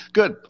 Good